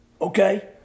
Okay